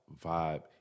Vibe